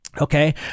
okay